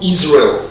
Israel